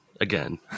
again